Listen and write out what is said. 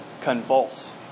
convulse